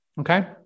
Okay